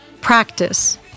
Practice